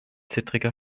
zittriger